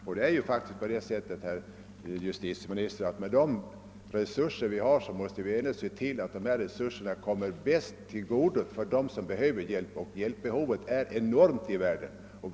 Med de resur ser vi har, herr justitieminister, måste vi se till att medlen kommer dem till godo som bäst behöver hjälpen. Och hjälpbehovet i världen är enormt.